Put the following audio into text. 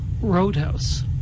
Roadhouse